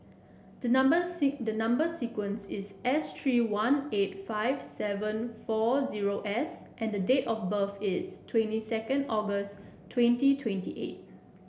the number the number sequence is S three one eight five seven four zero S and the date of birth is twenty second August twenty twenty eight